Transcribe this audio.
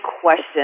question